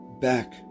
back